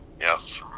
yes